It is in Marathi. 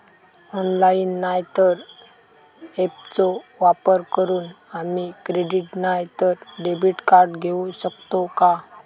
ऑनलाइन नाय तर ऍपचो वापर करून आम्ही क्रेडिट नाय तर डेबिट कार्ड घेऊ शकतो का?